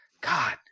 god